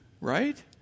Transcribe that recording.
right